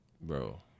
bro